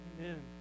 Amen